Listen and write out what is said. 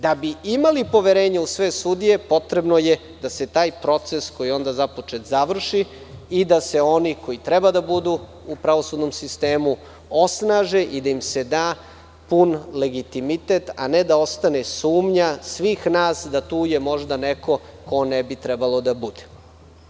Da bi imali poverenja u sve sudije, potrebno je da se taj proces koji je onda započet završi i da se oni koji treba da budu u pravosudnom sistemu osnaže i da im se da pun legitimitet, a ne da ostane sumnja svih nas da je tu možda neko ko ne bi trebalo da bude.